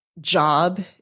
job